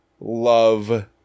love